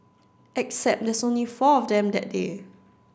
except there's only four of them that day